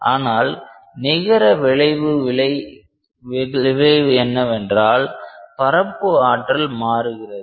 ஆனால் நிகர விளைவு என்னவென்றால் பரப்பு ஆற்றல் மாறுகிறது